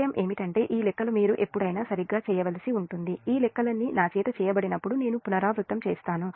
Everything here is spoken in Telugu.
విషయం ఏమిటంటే ఈ లెక్కలు మీరు ఎప్పుడైనా సరిగ్గా చేయవలసి ఉంటుంది ఈ లెక్కలన్నీ నా చేత చేయబడినప్పుడు నేను పునరావృతం చేస్తాను